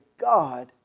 God